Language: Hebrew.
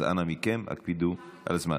אז אנא מכם, הקפידו על הזמן.